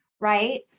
right